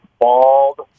bald